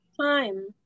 Time